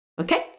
Okay